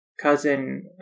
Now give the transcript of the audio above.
cousin